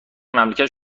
مملکت